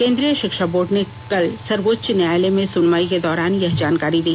केंद्रीय शिक्षा बोर्ड ने कल सर्वोच्च न्यायालय में सुनवाई के दौरान यह जानकारी दी